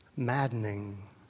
maddening